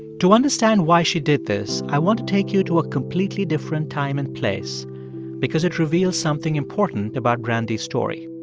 to understand why she did this, i want to take you to a completely different time and place because it reveals something important about brandy's story